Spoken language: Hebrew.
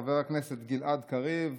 חבר הכנסת גלעד קריב,